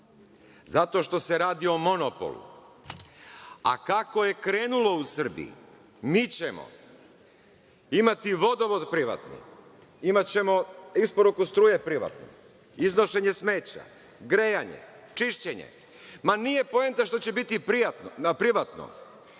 Zato što se radi o monopolu. Kako je krenulo u Srbiji, mi ćemo imati vodovod privatni, imaćemo isporuku struje privatno, iznošenje smeća, grejanje, čišćenje. Ma, nije poenta što će biti na privatno,